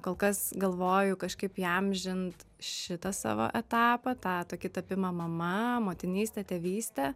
kol kas galvoju kažkaip įamžint šitą savo etapą tą tokį tapimą mama motinystę tėvystę